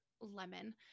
Lemon